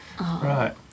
Right